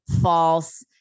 false